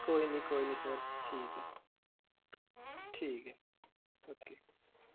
कोई नि कोई नि सर ठीक ऐ ठीक ऐ ओके